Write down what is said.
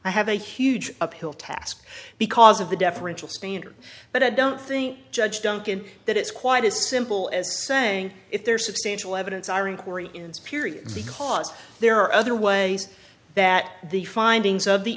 i have a huge uphill task because of the deferential standard but i don't think judge duncan that it's quite as simple as saying if there's substantial evidence our inquiry in spirit because there are other ways that the findings of the